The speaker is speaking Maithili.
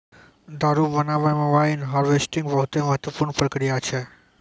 दारु बनाबै मे वाइन हार्वेस्टिंग बहुते महत्वपूर्ण प्रक्रिया छै